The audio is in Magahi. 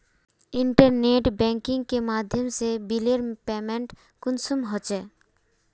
इंटरनेट बैंकिंग के माध्यम से बिलेर पेमेंट कुंसम होचे?